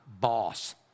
boss